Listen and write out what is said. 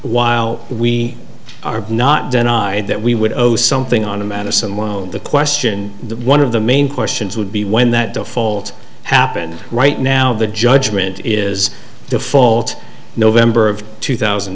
while we are not denied that we would owe something on a madison won't the question one of the main questions would be when that default happened right now the judgment is default november of two thousand